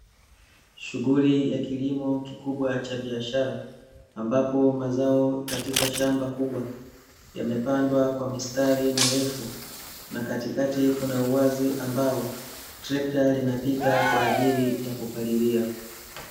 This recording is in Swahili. Shughuli ya kilimo kikubwa cha biashara, ambapo mazao katika shamba kubwa, yamepandwa kwa mistari mirefu , na katikati kuna uwazi ambao , trekta linapita kwaajili ya kupalilia.